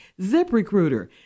ZipRecruiter